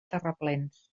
terraplens